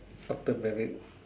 after married